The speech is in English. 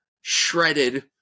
shredded